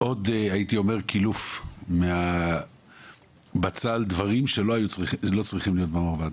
עוד קילוף מהבצל, דברים שלא צריכים להיות במרב"ד.